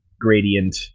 gradient